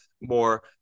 more